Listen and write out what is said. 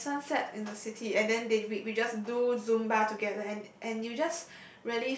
yes sunset in the city and then they we we just do Zumba together and and you just